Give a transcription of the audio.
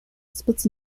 splits